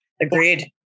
Agreed